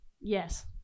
Yes